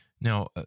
Now